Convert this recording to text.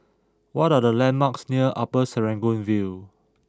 what are the landmarks near Upper Serangoon View